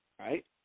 Right